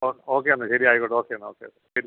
okay okay എന്നാൽ ശരി ആയിക്കോട്ടെ ഓക്കേ എന്നാൽ ഓക്കേ ശരി